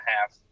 half